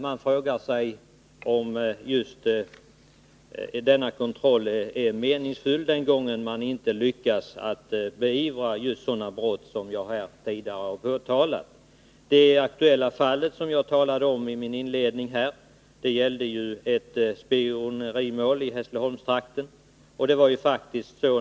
Man frågar sig om just denna kontroll är meningsfylld den gången man inte lyckas beivra just sådana brott som jag här påtalat. Det aktuella fall som jag talade om i mitt förra inlägg gällde ett spionerimål i Hässleholmstrakten.